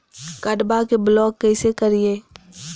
कार्डबा के ब्लॉक कैसे करिए?